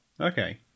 Okay